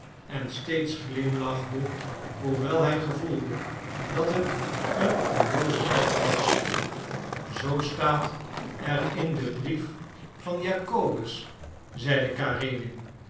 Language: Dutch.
en steeds glimlachte hoewel hij gevoelde dat het een onnoozel lachen was zoo staat er in den brief van jacobus zeide karenin